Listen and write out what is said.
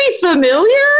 familiar